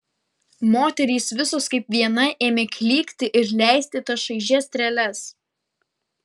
moterys visos kaip viena ėmė klykti ir leisti tas šaižias treles